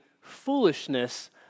foolishness